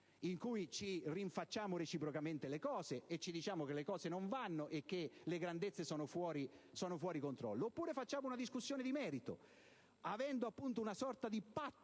in cui ci rinfacciamo reciprocamente le cose, ci diciamo che le cose non vanno e che le grandezze sono fuori controllo, oppure, potremmo fare una discussione di merito rispettando una sorta di patto